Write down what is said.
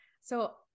So-